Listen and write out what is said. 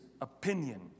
opinion